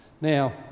Now